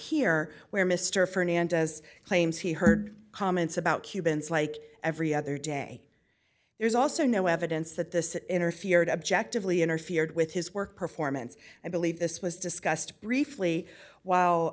here where mr fernandez claims he heard comments about cubans like every other day there's also no evidence that this interfered objectively interfered with his work performance i believe this was discussed briefly